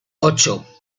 ocho